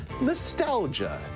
nostalgia